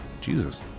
Jesus